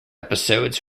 episodes